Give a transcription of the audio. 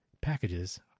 packages